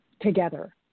together